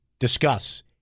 Discuss